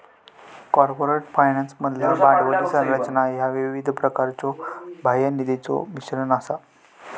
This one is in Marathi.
कॉर्पोरेट फायनान्समधला भांडवली संरचना ह्या विविध प्रकारच्यो बाह्य निधीचो मिश्रण असा